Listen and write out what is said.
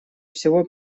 всего